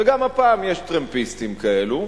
וגם הפעם יש טרמפיסטים כאלו,